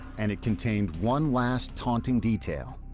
and contained one last taunting detail,